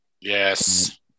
yes